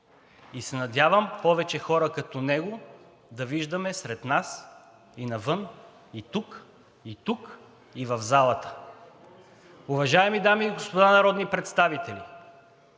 Надявам се повече хора като него да виждам сред нас и навън, и тук, и тук, и в залата. Уважаеми дами и господа народни представители,